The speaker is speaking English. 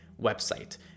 website